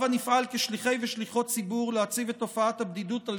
הבה נפעל כשליחי ושליחות ציבור להציב את תופעת הבדידות על